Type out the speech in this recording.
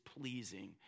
pleasing